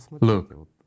Look